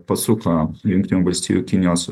pasuko jungtinių valstijų kinijos